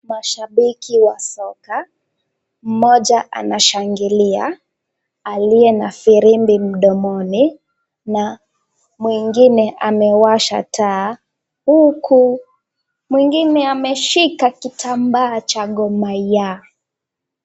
Mashabiki wa soka, mmoja anashangilia aliye na firimbi mdomoni, mwengine amewasha taa huku mwingine ameshika kitambaa cha gormahia .